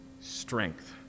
strength